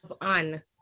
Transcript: on